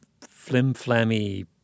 flim-flammy